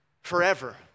forever